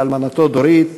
לאלמנתו דורית,